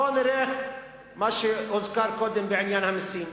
בוא נלך למה שהוזכר קודם בעניין המסים.